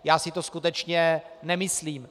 Já si to skutečně nemyslím.